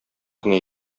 кенә